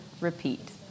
repeat